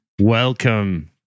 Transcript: Welcome